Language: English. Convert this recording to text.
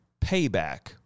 Payback